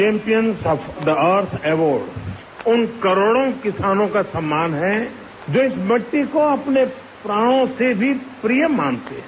champions of the earth award उन करोड़ों किसानों का सम्मान है जो इस मिट्टी को अपने प्राणों से भी प्रिय मानते हैं